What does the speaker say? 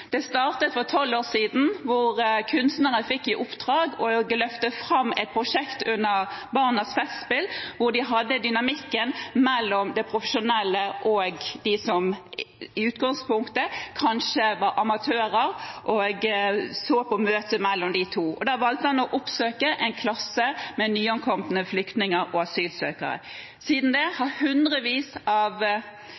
Det startet for tolv år siden, da kunstnere fikk i oppdrag å løfte fram et prosjekt under Barnas festspill, hvor man hadde dynamikken mellom de profesjonelle og dem som i utgangspunktet kanskje var amatører, og så på møtet mellom de to. Da valgte man å oppsøke en klasse med nyankomne flyktninger og asylsøkere. Siden da har hundrevis av